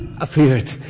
appeared